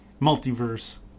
multiverse